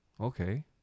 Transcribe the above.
Okay